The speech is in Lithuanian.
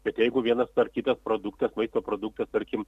bet jeigu vienas tvarkytas produktas maisto produktas tarkim